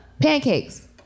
Pancakes